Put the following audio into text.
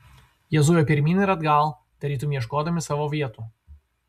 jie zujo pirmyn ir atgal tarytum ieškodami savo vietų